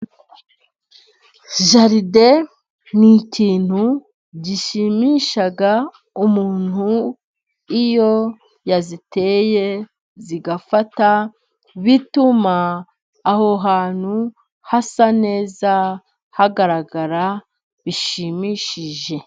Jaride ni ikintu gishimisha umuntu iyo yayiteye igafata, bituma aho hantu hasa neza hagaragara bishimishije.